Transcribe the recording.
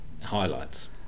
highlights